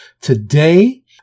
today